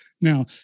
Now